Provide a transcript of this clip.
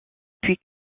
puis